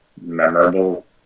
memorable